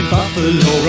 Buffalo